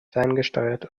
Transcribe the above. ferngesteuert